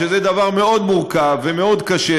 שזה דבר מאוד מורכב ומאוד קשה,